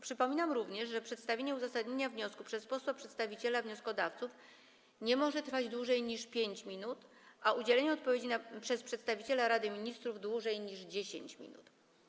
Przypominam również, że przedstawienie uzasadnienia wniosku przez posła przedstawiciela wnioskodawców nie może trwać dłużej niż 5 minut, a udzielenie odpowiedzi przez przedstawiciela Rady Ministrów - dłużej niż 10 minut.